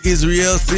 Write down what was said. Israel